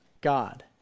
God